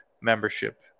membership